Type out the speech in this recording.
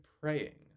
praying